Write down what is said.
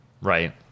right